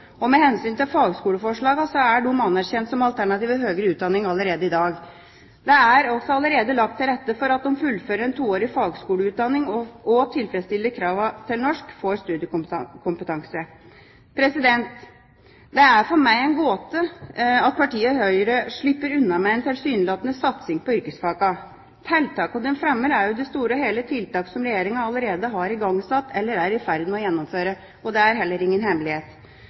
Og med hensyn til fagskoleforslagene er de anerkjent som alternativ høyere utdanning allerede i dag. Det er også allerede lagt til rette for at de som fullfører en toårig fagskoleutdanning og tilfredsstiller kravene til norsk, får studiekompetanse. Det er for meg en gåte at partiet Høyre slipper unna med en tilsynelatende satsing på yrkesfagene. Tiltakene de fremmer, er i det store og hele tiltak som Regjeringa allerede har igangsatt eller er i ferd med å gjennomføre. Og det er heller ingen hemmelighet.